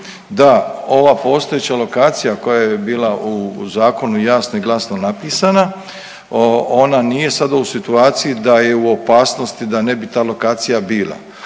da ova postojeća lokacija koja je bila u zakonu jasno i glasno napisana ona nije sada u situaciji da je u opasnosti da ne bi ta lokacija bila.